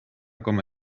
coma